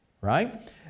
right